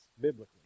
biblically